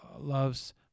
loves